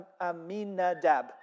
Aminadab